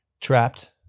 trapped